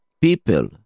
people